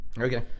Okay